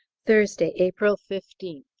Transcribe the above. thursday, april fifteenth.